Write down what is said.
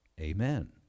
Amen